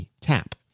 tap